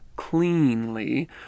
cleanly